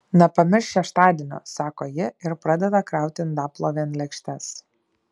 nepamiršk šeštadienio sako ji ir pradeda krauti indaplovėn lėkštes